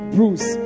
Bruce